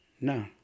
no